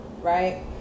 right